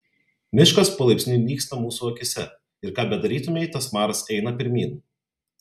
miškas palaipsniui nyksta mūsų akyse ir ką bedarytumei tas maras eina pirmyn